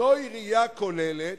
זוהי ראייה כוללת,